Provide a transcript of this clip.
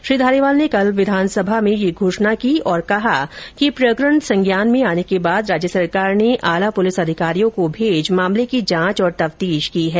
श्री धारीवाल ने कल विधानसभा में कहा कि प्रकरण संज्ञान में आने के बाद राज्य सरकार ने आला पुलिस अधिकारियों को भेज मामले की जांच और तफ्तीश की है